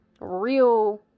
real